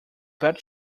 bet